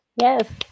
Yes